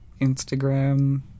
Instagram